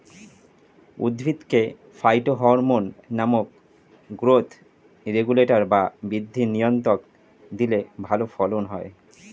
উদ্ভিদকে ফাইটোহরমোন নামক growth regulator বা বৃদ্ধি নিয়ন্ত্রক দিলে ভালো ফলন হয়